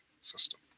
system